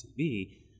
TV